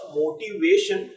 motivation